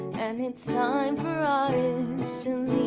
and it's time for ah so